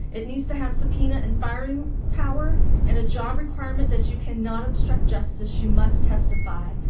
it needs to have subpoena and firing power and a job requirement that you cannot obstruct justice, you must testify.